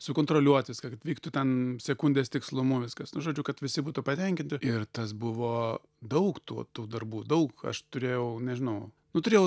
sukontroliuot viską kad vyktų ten sekundės tikslumu viskas nu žodžiu kad visi būtų patenkinti ir tas buvo daug tų tų darbų daug aš turėjau nežinau nu turėjau